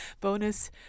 bonus